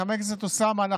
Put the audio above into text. חבר הכנסת אוסאמה,